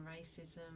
racism